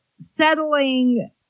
settling